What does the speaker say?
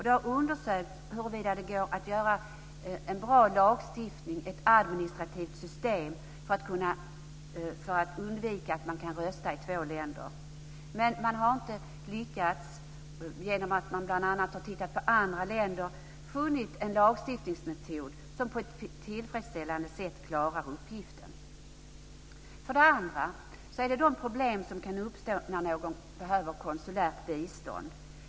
Det har undersökts huruvida det går att skapa en bra lagstiftning och ett bra administrativt system för att undvika att man ska kunna rösta i två länder. Man har tittat på andra länder, men man har inte lyckats att finna en lagstiftningsmetod som på ett tillfredsställande sätt klarar uppgiften. Det andra området gäller de problem som kan uppstå när någon behöver konsulärt bistånd.